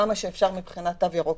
כמה שאפשר מבחינת תו ירוק,